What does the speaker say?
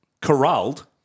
corralled